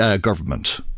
government